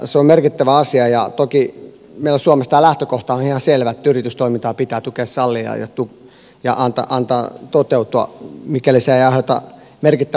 se on merkittävä asia ja toki meillä suomessa tämä lähtökohta on ihan selvä että yritystoimintaa pitää tukea sallia ja antaa sen toteutua mikäli se ei aiheuta merkittävää haittaa yhteiskunnalle